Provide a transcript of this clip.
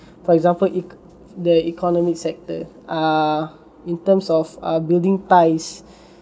for example eco~ the economic sector err in terms of err building ties